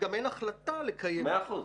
שום החלטה של ישראל לקיים אותה.